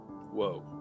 whoa